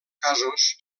casos